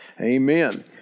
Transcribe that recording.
Amen